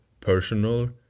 personal